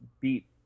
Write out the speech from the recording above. beat